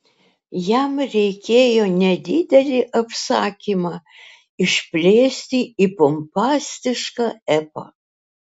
jam reikėjo nedidelį apsakymą išplėsti į pompastišką epą